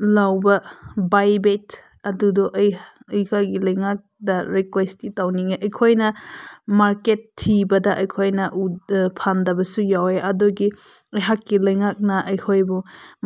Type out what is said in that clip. ꯂꯧꯕ ꯕꯥꯏꯕꯦꯠ ꯑꯗꯨꯗꯣ ꯑꯩ ꯑꯩꯈꯣꯏꯒꯤ ꯂꯩꯉꯥꯛꯇ ꯔꯤꯀ꯭ꯋꯦꯁꯇꯤ ꯇꯧꯅꯤꯡꯉꯦ ꯑꯩꯈꯣꯏꯅ ꯃꯥꯔꯀꯦꯠ ꯊꯤꯕꯗ ꯑꯩꯈꯣꯏꯅ ꯎꯕ ꯐꯪꯗꯕꯁꯨ ꯌꯥꯎꯋꯦ ꯑꯗꯨꯒꯤ ꯑꯩꯍꯥꯛꯀꯤ ꯂꯩꯉꯥꯛꯅ ꯑꯩꯈꯣꯏꯕꯨ